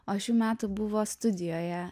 o šių metų buvo studijoje